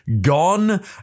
gone